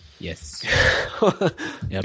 Yes